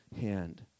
hand